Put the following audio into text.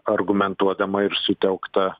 argumentuodama ir sutelkta